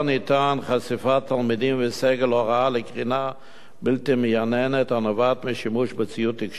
חשיפת תלמידים וסגל הוראה לקרינה בלתי מייננת הנובעת משימוש בציוד תקשורת,